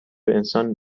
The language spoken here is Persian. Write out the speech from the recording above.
انسان